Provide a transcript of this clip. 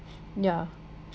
yeah